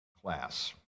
class